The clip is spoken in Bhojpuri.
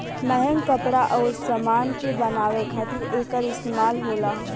महंग कपड़ा अउर समान के बनावे खातिर एकर इस्तमाल होला